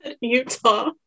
Utah